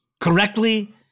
correctly